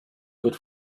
good